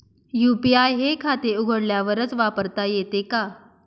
UPI हे खाते उघडल्यावरच वापरता येते का?